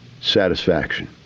satisfaction